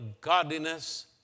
godliness